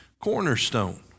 cornerstone